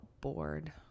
bored